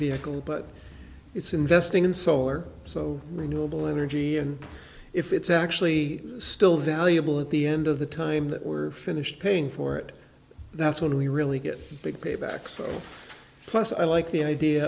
vehicle but it's investing in solar so renewable energy and if it's actually still valuable at the end of the time that we're finished paying for it that's when we really get big payback so plus i like the idea